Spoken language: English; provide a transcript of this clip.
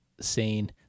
scene